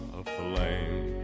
aflame